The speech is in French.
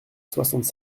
soixante